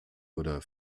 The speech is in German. oder